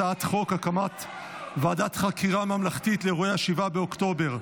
הצעת חוק הקמת ועדת חקירה ממלכתית לאירועי 7 באוקטובר,